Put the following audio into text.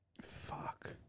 Fuck